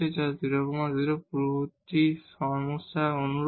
যা 00 পূর্ববর্তী সমস্যার অনুরূপ